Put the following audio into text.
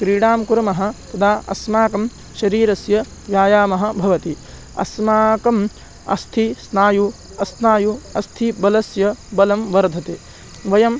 क्रीडां कुर्मः तदा अस्माकं शरीरस्य व्यायामः भवति अस्माकम् अस्थिः स्नायुः अस्नायुः अस्थि बलस्य बलं वर्धते वयम्